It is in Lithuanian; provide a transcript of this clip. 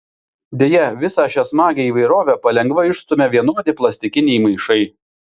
deja visą šią smagią įvairovę palengva išstumia vienodi plastikiniai maišai